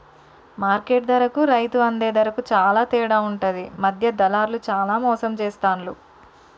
market ధరకు రైతు అందే ధరకు చాల తేడా ఉంటది మధ్య దళార్లు చానా మోసం చేస్తాండ్లు